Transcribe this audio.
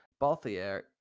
Balthier